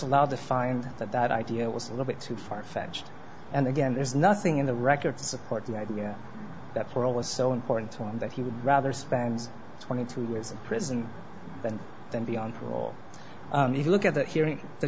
allowed to find out that that idea was a little bit too farfetched and again there's nothing in the record to support the idea that for all was so important to him that he would rather spend twenty two years in prison and then be on parole look at that hearing the